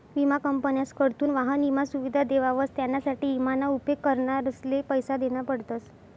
विमा कंपन्यासकडथून वाहन ईमा सुविधा देवावस त्यानासाठे ईमा ना उपेग करणारसले पैसा देना पडतस